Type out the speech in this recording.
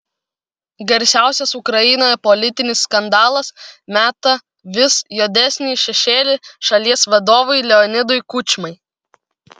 garsiausias ukrainoje politinis skandalas meta vis juodesnį šešėlį šalies vadovui leonidui kučmai